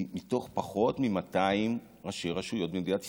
מתוך פחות מ-200 ראשי רשויות במדינת ישראל.